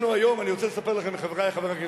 אני רוצה לספר לכם, חברי חברי הכנסת.